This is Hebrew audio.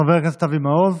חבר הכנסת אבי מעוז.